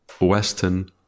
Western